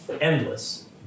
endless